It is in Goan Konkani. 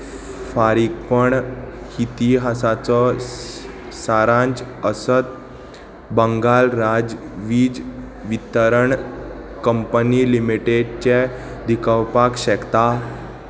फारीकपण इतिहासाचो सारांश अस्तंत बंगाल राज्य वीज वितरण कंपनी लिमिटेडचें दाखोवपाक शकता